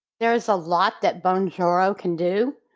there's a lot that bonjoro can do.